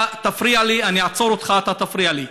אתה תפריע לי, אני אעצור אותך אם אתה תפריע לי.